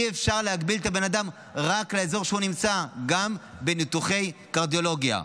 אי-אפשר להגביל את הבן אדם רק לאזור שהוא נמצא גם בניתוחי קרדיולוגיה.